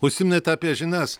užsiminėt apie žinias